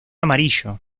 amarillo